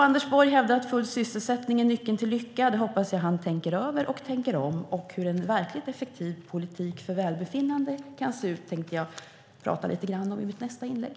Anders Borg hävdar att full sysselsättning är nyckeln till lycka. Det hoppas jag att han tänker över och tänker om. Hur en verkligt effektiv politik för välbefinnande kan se ut tänkte jag tala lite grann om i mitt nästa inlägg.